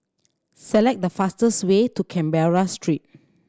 select the fastest way to Canberra Street